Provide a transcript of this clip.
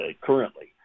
currently